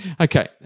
Okay